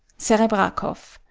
serebrakoff.